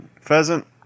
pheasant